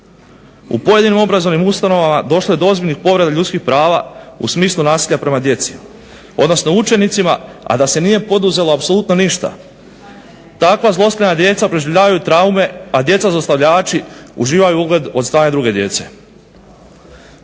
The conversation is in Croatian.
U pojedinim obrazovnim ustanovama došlo je do povreda ljudskih prava u smislu nasilja prema djeci odnosno učenicima a da se nije poduzelo doslovno ništa. Takva djeca proživljavaju traume, a djeca zlostavljači uživaju ugled od strane druge djece.